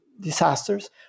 disasters